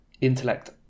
intellect